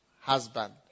husband